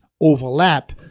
overlap